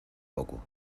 poco